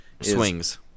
Swings